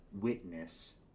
witness